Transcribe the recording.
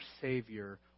Savior